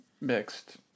mixed